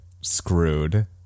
screwed